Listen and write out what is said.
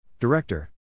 Director